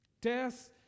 Death